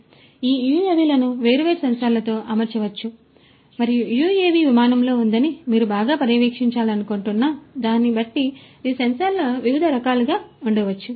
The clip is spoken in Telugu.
మరియు ఈ యుఎవిలను వేర్వేరు సెన్సార్లతో అమర్చవచ్చు మరియు యుఎవి విమానంలో ఉందని మీరు బాగా పర్యవేక్షించాలనుకుంటున్న దాన్ని బట్టి ఈ సెన్సార్లు వివిధ రకాలుగా ఉండవచ్చు